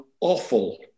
awful